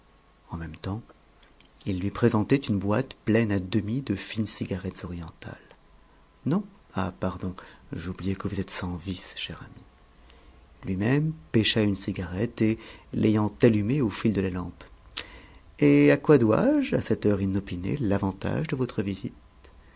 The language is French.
en même temps il lui présentait une boîte pleine à demi de fines cigarettes orientales non ah pardon j'oubliais que vous êtes sans vices cher ami lui-même pêcha une cigarette et l'ayant allumée au fil de la lampe et à quoi dois-je à cette heure inopinée l'avantage de votre visite